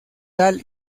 tal